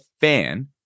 fan